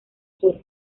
sur